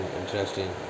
interesting